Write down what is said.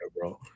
bro